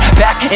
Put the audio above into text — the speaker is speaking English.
back